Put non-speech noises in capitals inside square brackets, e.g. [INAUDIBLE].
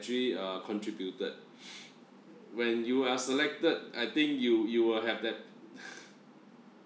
actually uh contributed [BREATH] when you are selected I think you you will have that [NOISE]